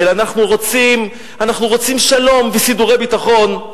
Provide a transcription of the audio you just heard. של אנחנו רוצים שלום וסידורי ביטחון,